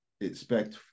expect